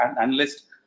analyst